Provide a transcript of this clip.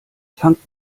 fangt